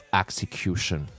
execution